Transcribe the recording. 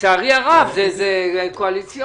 לצערי הרב, זה קואליציוני.